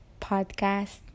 podcast